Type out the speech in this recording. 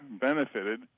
benefited